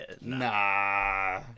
Nah